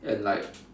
and like